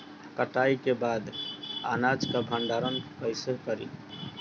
कटाई के बाद अनाज का भंडारण कईसे करीं?